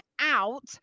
out